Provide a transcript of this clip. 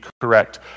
correct